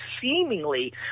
seemingly